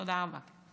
תודה רבה.